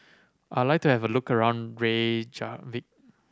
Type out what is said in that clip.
I like to have a look around Reykjavik